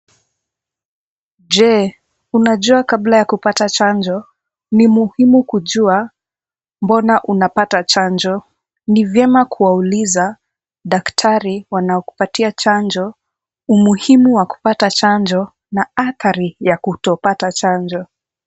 Je, unajua kabla ya kupata chanjo ni muhimu kujua mbona unapata chanjo? Ni vyema kuwauliza daktari wanaokupatia chanjo umuhimu wa kupata chanjo na athari ya kutopata chanjo.